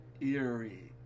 eerie